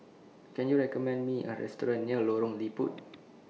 Can YOU recommend Me A Restaurant near Lorong Liput